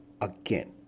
again